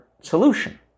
solution